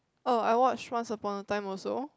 oh I watch once upon a time also